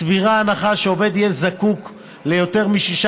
סבירה ההנחה שעובד יהיה זקוק ליותר משישה